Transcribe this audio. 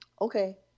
Okay